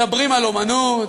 מדברים על אמנות,